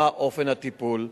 מה אופן הטיפול.